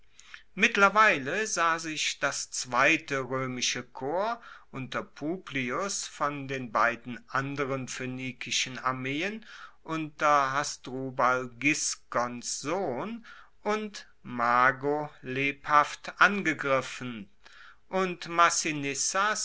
mittlerweile sah sich das zweite roemische korps unter publius von den beiden anderen phoenikischen armeen unter hasdrubal gisgons sohn und mago lebhaft angegriffen und